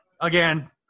Again